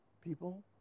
people